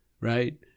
right